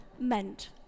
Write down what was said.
meant